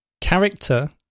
character